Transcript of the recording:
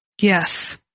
Yes